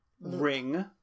ring